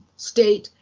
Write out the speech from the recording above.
state,